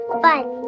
fun